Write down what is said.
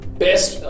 best